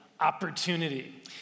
Opportunity